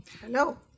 Hello